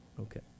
Okay